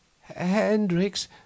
hendricks